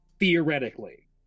Theoretically